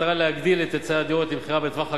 במטרה להגדיל את היצע הדירות למכירה בטווח הקרוב,